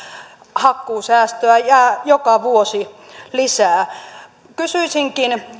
hakkuusäästöä jää joka vuosi lisää kysyisinkin